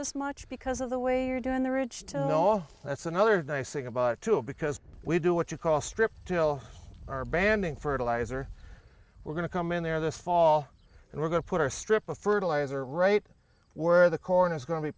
this much because of the way you're doing the rich that's another nice thing about it too because we do what you call strip till our banding fertilizer we're going to come in there this fall and we're going to put our strip of fertilizer right where the corn is going to be